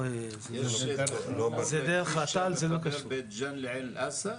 יש תכנון לכביש שמחבר בין בית ג'ן לעין אל אסד?